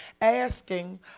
asking